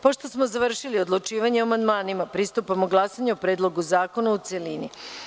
Pošto smo završili odlučivanje o amandmanima, pristupamo glasanju o Predlogu zakona u celini.